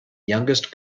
youngest